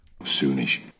Soonish